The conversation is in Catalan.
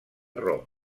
rom